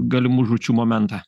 galimų žūčių momentą